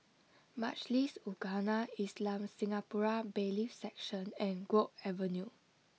Majlis Ugama Islam Singapura Bailiffs' Section and Guok Avenue